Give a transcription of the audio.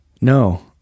No